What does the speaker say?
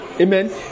Amen